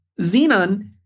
Xenon